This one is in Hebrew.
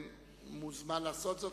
מוזמן לעשות זאת.